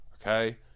okay